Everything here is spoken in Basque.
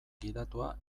gidatua